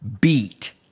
beat